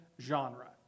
genre